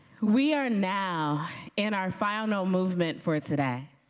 we are now in our final movement for today.